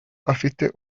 ahafite